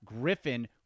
Griffin